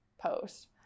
post